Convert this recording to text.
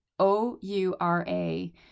O-U-R-A